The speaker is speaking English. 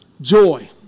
joy